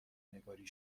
نگاری